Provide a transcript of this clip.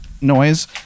noise